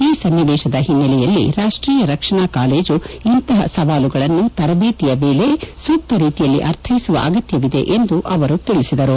ಈ ಸನ್ನಿವೇಶದ ಹಿನ್ನೆಲೆಯಲ್ಲಿ ರಾಷ್ಟೀಯ ರಕ್ಷಣಾ ಕಾಲೇಜು ಇಂತಹ ಸವಾಲುಗಳನ್ನು ತರಬೇತಿಯ ವೇಳೆ ಸೂಕ್ತ ರೀತಿಯಲ್ಲಿ ಅರ್ಥೈಸುವ ಅಗತ್ಯವಿದೆ ಎಂದು ತಿಳಿಸಿದರು